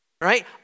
right